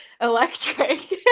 electric